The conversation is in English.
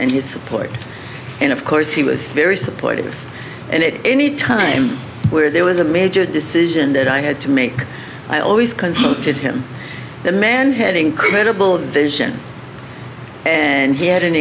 and his support and of course he was very supportive and it anytime where there was a major decision that i had to make i always consulted him the man had incredible vision and he had an